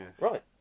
Right